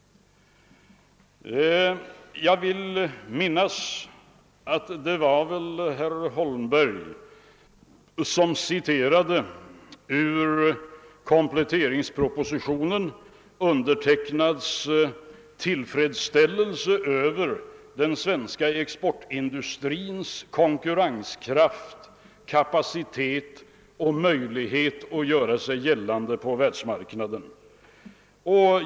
Jag vill minnas att det var herr Holmberg som citerade ur kompletteringspropositionen undertecknads tillfredsställelse över den svenska exportindustrins konkurrenskraft, kapacitet och möjlighet att göra sig gällande på världsmarknaden.